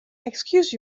excuse